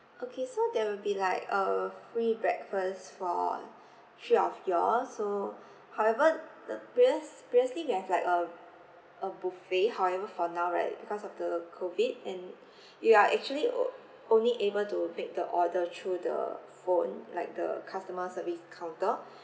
okay so there will be like a free breakfast for three of you all so however the previous previously we have like um a buffet however for now right because of the COVID and you are actually o~ only able to make the order through the phone like the customer service counter